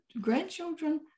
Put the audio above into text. grandchildren